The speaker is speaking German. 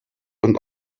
und